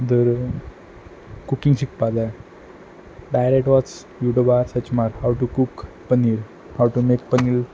धर कुकींग शिकपा जाय डायरेक्ट वच युट्युबार सर्च मार how to cook paneer how to make paneer